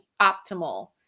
optimal